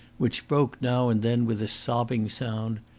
which broke now and then with a sobbing sound.